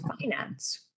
finance